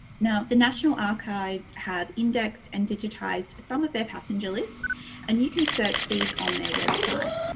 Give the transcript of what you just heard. now the national archives have indexed and digitised some of their passenger lists and you can search these on their website.